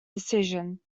decision